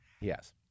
Yes